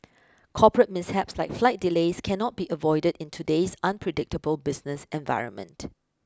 corporate mishaps like flight delays cannot be avoided in today's unpredictable business environment